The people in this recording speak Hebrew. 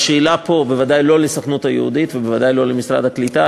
השאלה פה בוודאי לא לסוכנות היהודית ובוודאי לא למשרד הקליטה,